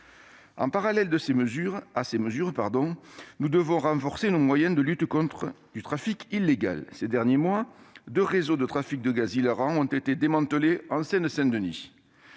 Parallèlement, nous devons renforcer nos moyens de lutte contre le commerce illégal. Ces derniers mois, deux réseaux de trafic de gaz hilarant ont ainsi été démantelés en Seine-Saint-Denis.